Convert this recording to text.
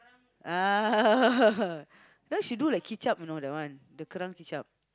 ah you know she do the kicap you know that one the kicap